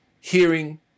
hearing